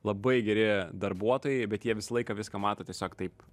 labai geri darbuotojai bet jie visą laiką viską mato tiesiog taip